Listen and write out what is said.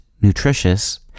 nutritious